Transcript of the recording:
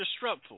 disruptful